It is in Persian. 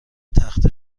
تخته